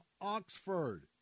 Oxford